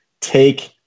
take